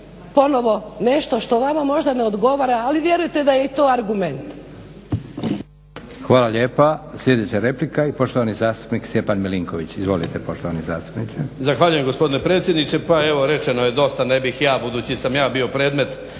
ponovo nešto što vama možda ne odgovara ali vjerujte da je i to argument.